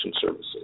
services